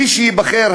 מי שייבחר,